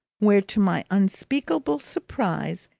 where, to my unspeakable surprise,